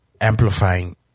amplifying